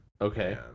Okay